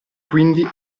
quindi